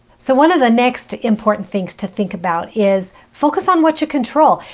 so, one of the next important things to think about is focus on what you control.